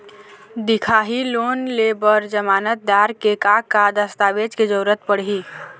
दिखाही लोन ले बर जमानतदार के का का दस्तावेज के जरूरत पड़ही?